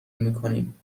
میکنیم